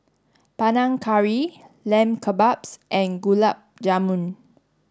Panang Curry Lamb Kebabs and Gulab Jamun